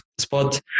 spot